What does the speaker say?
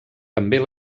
també